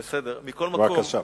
בבקשה.